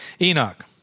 Enoch